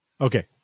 Okay